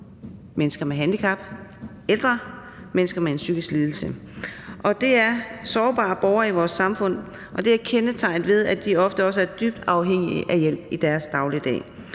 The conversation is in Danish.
mennesker med handicap, ældre og mennesker med en psykisk lidelse. Det er sårbare borgere i vores samfund, og det er kendetegnet ved, at de ofte er dybt afhængige af hjælp i deres dagligdag.